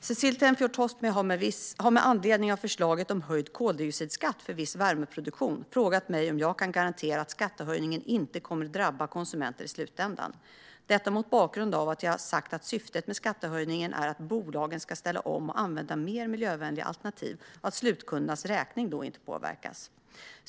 Herr talman! Cecilie Tenfjord-Toftby har med anledning av förslaget om höjd koldioxidskatt för viss värmeproduktion frågat mig om jag kan garantera att skattehöjningen inte kommer att drabba konsumenterna i slutändan. Detta mot bakgrund av att jag har sagt att syftet med skattehöjningen är att bolagen ska ställa om och använda mer miljövänliga alternativ och att slutkundernas räkningar då inte påverkas.